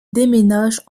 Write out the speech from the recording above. déménage